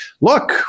Look